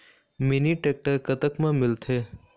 Mini tractor कतक म मिलथे?